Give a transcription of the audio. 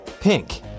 pink